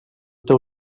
teu